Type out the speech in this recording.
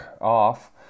off